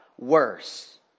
worse